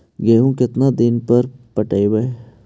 गेहूं केतना दिन पर पटइबै?